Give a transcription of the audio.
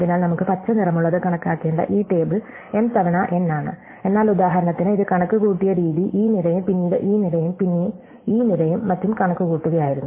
അതിനാൽ നമുക്ക് പച്ച നിറമുള്ളത് കണക്കാക്കേണ്ട ഈ ടേബിൾ m തവണ n ആണ് എന്നാൽ ഉദാഹരണത്തിന് ഇത് കണക്കുകൂട്ടിയ രീതി ഈ നിരയും പിന്നീട് ഈ നിരയും പിന്നെ ഈ നിരയും മറ്റും കണക്കുകൂട്ടുകയായിരുന്നു